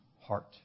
heart